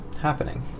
happening